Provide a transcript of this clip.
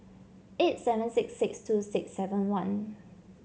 eight seven six six two six seven one